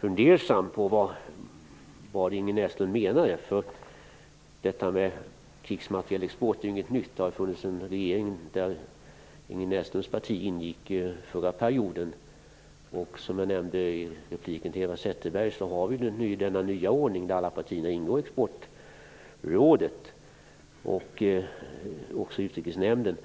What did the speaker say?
fundersam över vad hon menade. Detta med krigsmaterielexport är ju inget nytt. Det förekom under den regering där Ingrid Näslunds parti ingick den förra perioden, och som jag nämnde i repliken till Eva Zetterberg har vi nu en ny ordning där alla partier ingår i Exportrådet och också i utrikesnämnden.